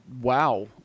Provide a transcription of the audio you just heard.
wow